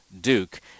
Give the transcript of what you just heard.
Duke